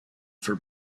for